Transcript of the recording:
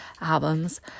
albums